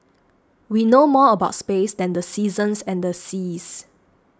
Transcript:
we know more about space than the seasons and the seas